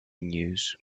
news